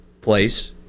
place